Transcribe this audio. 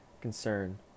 concern